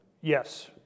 Yes